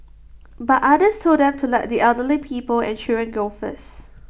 but others told them to let the elderly people and children go first